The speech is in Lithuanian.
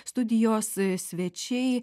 studijos svečiai